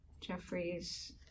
jeffrey's